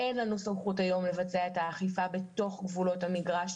שאין לנו סמכות היום לבצע אכיפה בתוך גבולות המגרש,